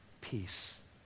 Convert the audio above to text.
peace